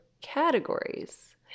categories